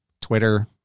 Twitter